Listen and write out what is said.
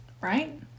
Right